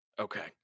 Okay